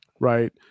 right